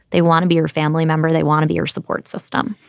they want to be your family member. they want to be your support system.